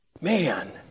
Man